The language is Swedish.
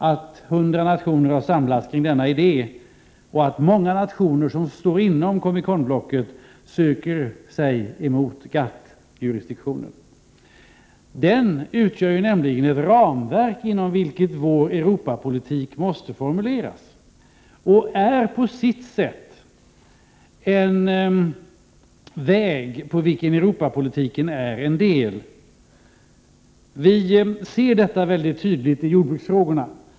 100 nationer har alltså samlats kring denna idé, och många nationer inom Comecon-blocket söker sig i riktning mot GATT-jurisdiktionen. Denna utgör nämligen ett ramverk, inom vilket vår Europapolitik måste formuleras, och den är också på sitt sätt en väg som Europapolitiken utgör en bit av. Detta framgår väldigt tydligt i jordbruksfrågorna.